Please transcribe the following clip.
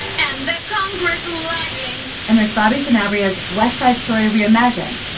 and that congeries lying and there's bobby scenario's west side story re-imagined,